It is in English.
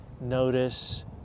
notice